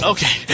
Okay